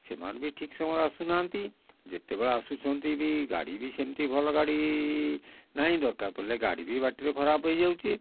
ସେମାନେ ବି ଠିକ ସମୟରେ ଆସୁ ନାହାଁନ୍ତି ଯେତେବେଳେ ଆସୁଛନ୍ତି ବି ଗାଡ଼ି ବି ସେମିତି ଭଲ ଗାଡ଼ି ନାହିଁ ଦରକାର ପଡ଼ିଲେ ଗାଡ଼ି ବି ବାଟରେ ଖରାପ ହେଇଯାଉଛି